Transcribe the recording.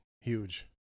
Huge